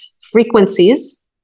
frequencies